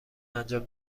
انجام